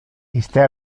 iste